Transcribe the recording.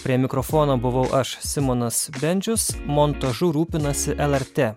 prie mikrofono buvau aš simonas bendžius montažu rūpinasi lrt